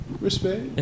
Respect